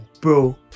bro